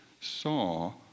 saw